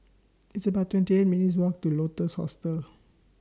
It's about twenty eight minutes' Walk to Lotus Hostel